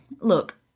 Look